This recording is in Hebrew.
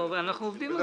אנחנו עובדים על זה.